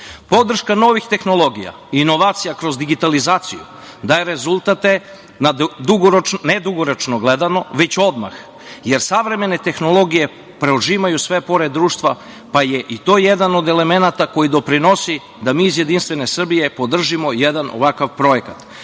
novih tehnologija, inovacija kroz digitalizaciju daje rezultate, na ne dugoročno gledano, već odmah jer savremene tehnologije prožimaju sve pore društva, pa je i to jedan od elemenata koji doprinosi da mi iz Jedinstvene Srbije podržimo jedan ovakav projekat,